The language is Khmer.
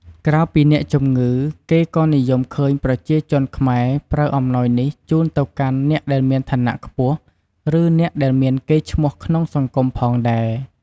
ក្រៅពីអ្នកជំងឺ គេក៏និយមឃើញប្រជាជនខ្មែរប្រើអំណោយនេះជូនទៅកាន់អ្នកដែលមានឋានៈខ្ពស់ ឬ អ្នកដែលមានកេរ្តិ៍ឈ្មោះក្នុងសង្គមផងដែរ។